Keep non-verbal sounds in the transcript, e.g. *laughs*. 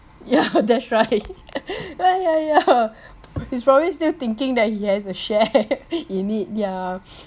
yeah that's right *laughs* yeah yeah yeah he's probably still thinking that he has a share *laughs* in it ya *breath*